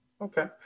Okay